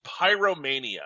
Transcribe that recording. *Pyromania*